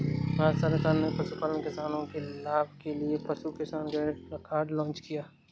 भारत सरकार ने पशुपालन किसानों के लाभ के लिए पशु किसान क्रेडिट कार्ड लॉन्च किया